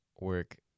work